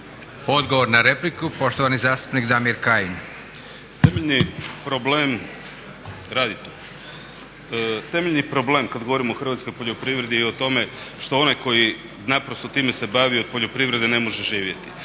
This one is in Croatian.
Odgovor na repliku, poštovani zastupnik Damir Kajin. **Kajin, Damir (ID - DI)** Temeljni problem kad govorim o hrvatskoj poljoprivredi je u tome što onaj koji naprosto time se bavi od poljoprivrede ne može živjeti,